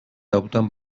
opten